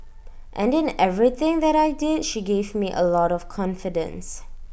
and in everything that I did she gave me A lot of confidence